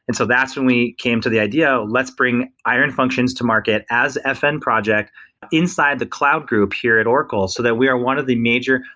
and so that's when we came to the idea, let's bring iron functions to market as fn project inside the cloud group here at oracle, so that we are one of the major,